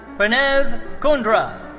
pranav kundra.